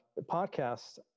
podcast